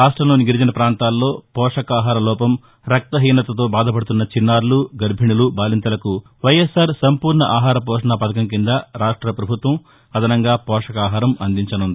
రాష్టంలోని గిరిజన పాంతాల్లో పోషకాహార లోపం రక్తహీనతతో బాధపడుతున్న చిన్నారులు గర్బిణులు బాలింతలకు వైఎస్ఆర్ సంపూర్ణ ఆహార పోషణ పథకం కింద రాష్ట పభుత్వం అదనంగా పోషకాహారం అందించనుంది